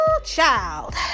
child